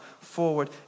forward